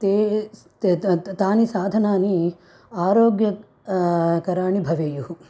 ते स् त ता तत् तानि साधनानि आरोग्य कराणि भवेयुः